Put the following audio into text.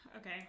Okay